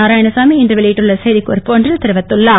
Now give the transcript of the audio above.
நாராயணசாமி இன்று வெளியிட்டுள்ள செய்தி குறிப்பு ஒன்றில் தெரிவித்துள்ளார்